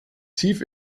tief